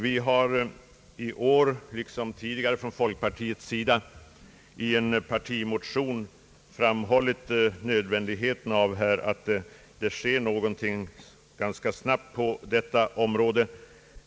Vi har i år liksom tidigare från folkpartiet i en partimotion framhållit nödvändigheten av att det sker någonting ganska snabbt på detta område.